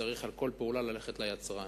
וצריך על כל פעולה ללכת ליצרן,